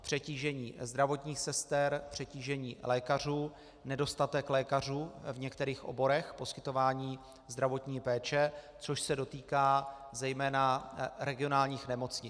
Přetížení zdravotních sester, přetížení lékařů, nedostatek lékařů v některých oborech poskytování zdravotní péče, což se dotýká zejména regionálních nemocnic.